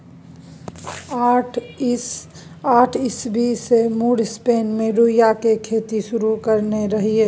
आठ सय ईस्बी मे मुर स्पेन मे रुइया केर खेती शुरु करेने रहय